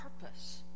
purpose